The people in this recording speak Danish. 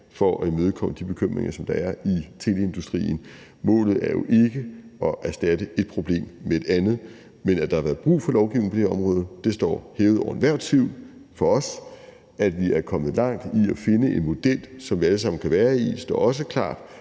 for at imødekomme de bekymringer, der er i teleindustrien. Målet er jo ikke at erstatte et problem med et andet, men at der har været brug for lovgivning på det her område, står hævet over enhver tvivl for os. At vi er kommet langt med at finde en model, som vi alle sammen kan være i, står også klart,